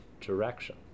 direction